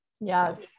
Yes